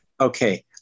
Okay